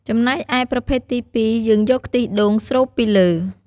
ចំណែកឯប្រភេទទីពីរ យើងយកទឹកខ្ទិះដូងស្រូបពីលើ។